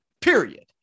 Period